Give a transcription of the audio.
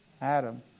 Adam